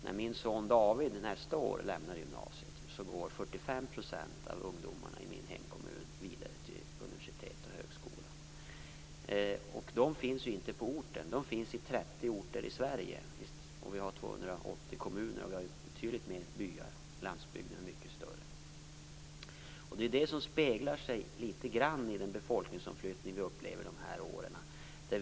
När min son David nästa år lämnar gymnasiet går 45 % av ungdomarna i min hemkommun vidare till universitet och högskola. Dessa finns inte på orten, de finns på 30 orter i Sverige. Vi har över 280 kommuner och betydligt fler byar, landsbygden är mycket större. Det speglar sig i den befolkningsomflyttning vi upplever de här åren.